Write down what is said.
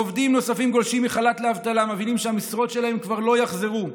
עובדים נוספים גולשים מחל"ת לאבטלה ומבינים שהמשרות שלהם כבר לא יחזרו.